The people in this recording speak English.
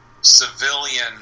civilian